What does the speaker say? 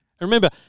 Remember